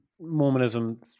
Mormonism